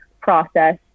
process